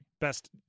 best